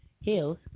Hills